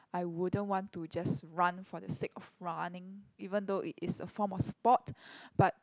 I wouldn't want to just run for the sake of running even though it is a form of sport but